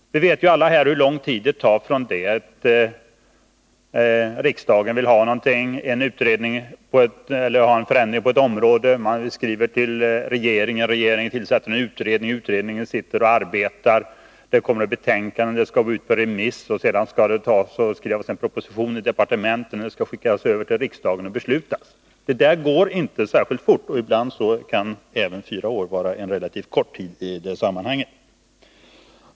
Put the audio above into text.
Vi vet alla hur lång tid det tar från det att riksdagen vill ha en förändring på något område till dess att förändringen kan genomföras. Vi skriver till regeringen, regeringen tillsätter en utredning, utredningen arbetar, det kommer ett betänkande, betänkandet skall ut på remiss, det skall skrivas en proposition i departementet som sedan skickas över till riksdagen, där det beslutas. Detta går inte särskilt fort — ibland kan även fyra år vara en relativt kort tid i detta sammanhang.